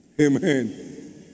Amen